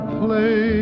play